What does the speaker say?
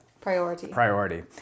priority